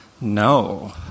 no